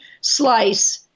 slice